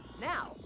Now